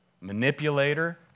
manipulator